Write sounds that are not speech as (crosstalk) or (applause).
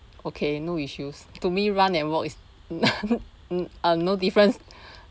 okay no issues to me run and walk is (laughs) uh no difference